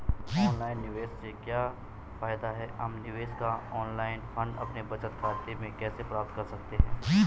Online निवेश से क्या फायदा है हम निवेश का ऑनलाइन फंड अपने बचत खाते में कैसे प्राप्त कर सकते हैं?